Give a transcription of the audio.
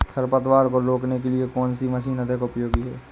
खरपतवार को रोकने के लिए कौन सी मशीन अधिक उपयोगी है?